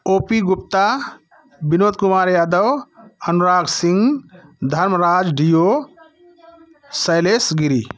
OP Gupta Vinod Kumar Yadav Anurag Singh Dharmraj Deo Shailesh Giri